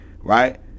right